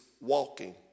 walking